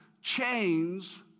chains